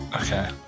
Okay